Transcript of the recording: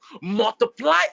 Multiply